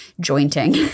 jointing